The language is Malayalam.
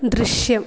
ദൃശ്യം